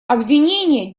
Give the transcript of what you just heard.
обвинение